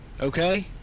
Okay